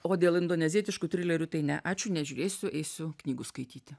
o dėl indonezietiškų trilerių tai ne ačiū nežiūrėsiu eisiu knygų skaityti